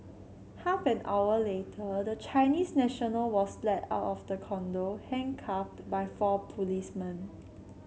half an hour later the Chinese national was led out of the condo handcuffed by four policemen